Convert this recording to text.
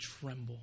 tremble